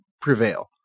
prevail